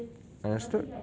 understood